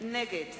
נגד